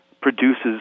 produces